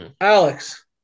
Alex